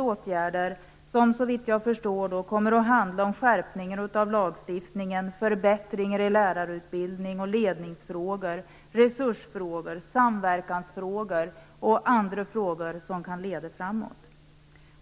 åtgärder att föreslås som, såvitt jag förstår, handlar om en skärpning av lagstiftningen och om förbättringar i lärarutbildningen samt om ledningsfrågor, resursfrågor, samverkansfrågor och andra frågor som kan leda framåt.